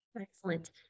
Excellent